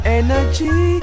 energy